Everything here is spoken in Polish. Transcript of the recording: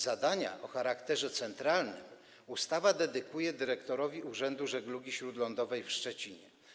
Zadania o charakterze centralnym ustawa dedykuje dyrektorowi Urzędu Żeglugi Śródlądowej w Szczecinie.